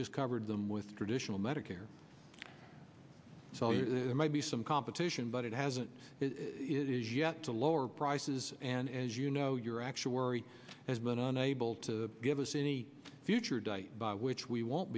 just covered them with traditional medicare so it might be some competition but it hasn't it is yet to lower prices and as you know your actual worry has been unable to give us any future date by which we won't